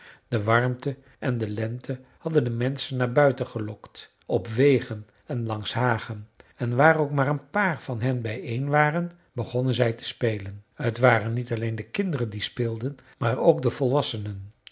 de warmte en de lente hadden de menschen naar buiten gelokt op wegen en langs hagen en waar ook maar een paar van hen bijeen waren begonnen zij te spelen t waren niet alleen de kinderen die speelden maar ook de volwassenen